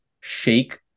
Shake